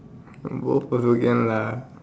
both also can lah